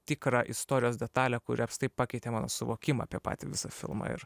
tikrą istorijos detalę kuri apskritai pakeitė mano suvokimą apie patį filmą ir